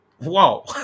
Wow